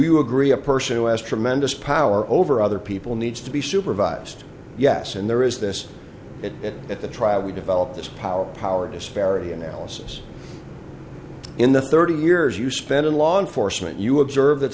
you agree a person who has tremendous power over other people needs to be supervised yes and there is this it at the trial we develop this power power disparity analysis in the thirty years you spent in law enforcement you observe that